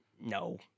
No